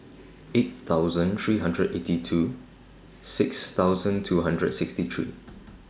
eight thousand three hundred eighty two six thousand two hundred and sixty three